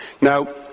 Now